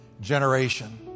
generation